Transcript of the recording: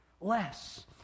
less